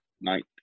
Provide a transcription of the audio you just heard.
night